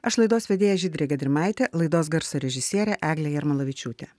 aš laidos vedėja žydrė gedrimaitė laidos garso režisierė eglė jarmalavičiūtė